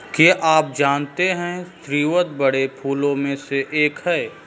क्या आप जानते है स्रीवत बड़े फूलों में से एक है